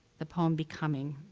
the poem becoming,